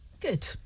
Good